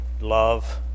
Love